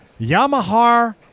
Yamaha